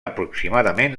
aproximadament